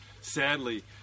Sadly